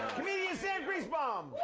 comedian sam griesbaum!